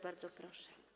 Bardzo proszę.